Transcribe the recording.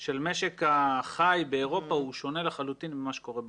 התפעול של משק החי באירופה הוא שונה לחלוטין ממה שקורה בארץ.